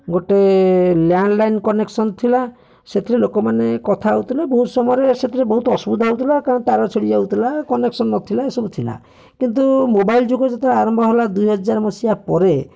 ଗୋଟେ landline connection ଥିଲା ସେଥିରେ ଲୋକମାନେ କଥା ହେଉଥିଲେ ବହୁତ ସମୟରେ ସେଥିରେ ବହୁତ ଅସୁବିଧା ହେଉଥିଲା କାରଣ ତା'ର ଛିଣ୍ଡି ଯାଉଥିଲା କନେକ୍ସନ୍ ନଥିଲା ଏସବୁ ଥିଲା କିନ୍ତୁ ମୋବାଇଲ୍ ଯୁଗ ଯେତେବେଳେ ଆରମ୍ଭ ହେଲା ଦୁଇ ହଜାର ମସିହା ପରେ